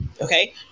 okay